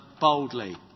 boldly